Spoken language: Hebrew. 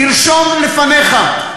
תרשום לפניך,